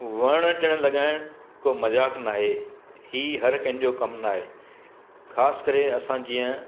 वण टिण लॻाइण को मज़ाक न आहे हीउ हर कंहिंजो कमु न आहे ख़ासि करे असां जीअं